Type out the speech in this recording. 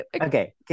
okay